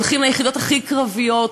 הולכים ליחידות הכי קרביות,